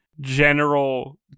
general